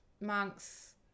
monks